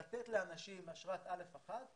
לתת לאנשים אשרת א/1,